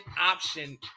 option